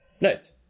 Nice